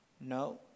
No